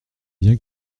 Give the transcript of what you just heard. bien